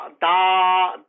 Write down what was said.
da